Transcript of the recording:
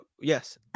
yes